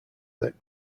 that